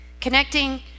connecting